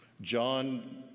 John